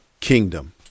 Kingdom